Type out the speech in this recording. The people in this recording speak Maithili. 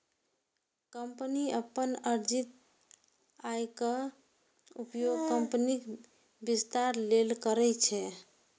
कंपनी अपन अर्जित आयक उपयोग कंपनीक विस्तार लेल करै छै